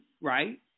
right